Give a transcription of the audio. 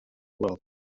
well